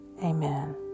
Amen